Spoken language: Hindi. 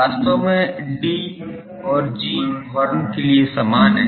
वास्तव में D और G हॉर्न के लिए समान हैं